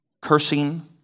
cursing